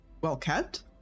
well-kept